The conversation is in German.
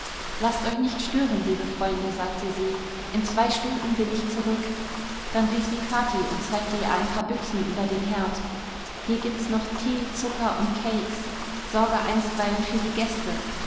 laßt euch nicht stören liebe freunde sagte sie in zwei stunden bin ich zurück dann rief sie kathi und zeigte ihr ein paar büchsen über dem herd hier gibt's noch tee und zucker und kakes sorge einstweilen für die gäste